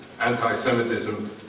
anti-Semitism